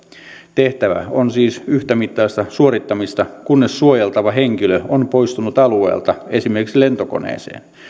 tehtävä on siis yhtämittaista suorittamista kunnes suojeltava henkilö on poistunut alueelta esimerkiksi lentokoneeseen